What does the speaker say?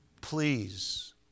Please